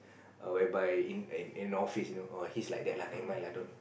err whereby in in an office you know he's like that lah never mind lah don't